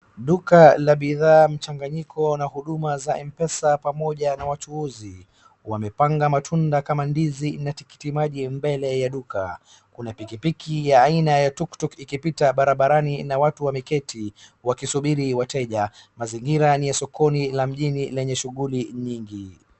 Duka la bidhaa mchanganyiko na huduma za Mpesa pamoja na wachuuzi wamepanga matunda kama ndizi na tikitimaji mbele ya duka. Kuna pikipiki ya aina ya tukutuk ikipita barabarani na watu wamketi wakisubiri wateja. Mazingira ni ya sokoni la mjini lenye shughuli nyingi.